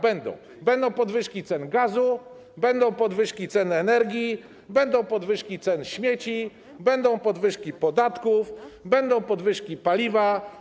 Będą podwyżki cen gazu, będą podwyżki cen energii, będą podwyżki cen wywozu śmieci, będą podwyżki podatków, będą podwyżki cen paliwa.